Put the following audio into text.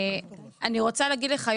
אני רוצה להגיד לך,